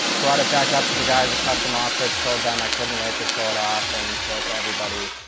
brought it back up to the guys at custom offsets. showed them. i couldn't wait to show it off and show it to everybody.